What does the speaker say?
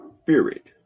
spirit